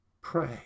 pray